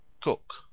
Cook